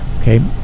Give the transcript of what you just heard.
okay